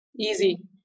easy